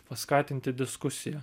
paskatinti diskusiją